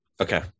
okay